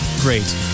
great